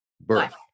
birth